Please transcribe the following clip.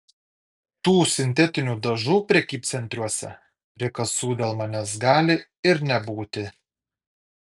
tų sintetinių dažų prekybcentriuose prie kasų dėl manęs gali ir nebūti